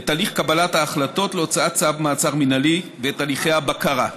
את הליך קבלת ההחלטה להוצאת צו מעצר מינהלי ואת הליכי הבקרה.